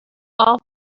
all